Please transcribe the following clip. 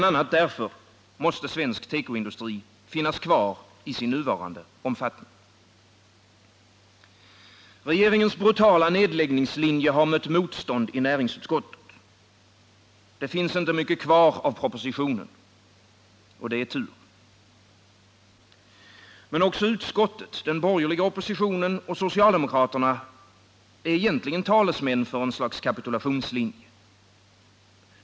a. därför måste svensk tekoindustri finnas kvar i sin nuvarande omfattning. Regeringens brutala nedläggningslinje har mött motstånd i näringsutskottet. Det finns inte mycket kvar av propositionen, och det är tur. Men också utskottet, den borgerliga oppositionen och socialdemokraterna är egentligen talesmän för en kapitulationslinje.